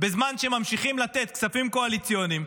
בזמן שממשיכים לתת כספים קואליציוניים,